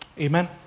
Amen